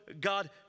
God